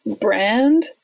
brand